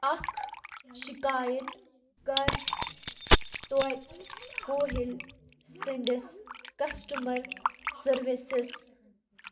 اکھ شِکایَت کَر تویتہِ کوہِل سٕنٛدِس کسٹمَر سٔروِسَس